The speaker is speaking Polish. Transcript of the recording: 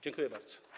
Dziękuję bardzo.